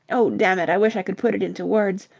oh, dammit, i wish i could put it into words.